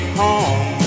home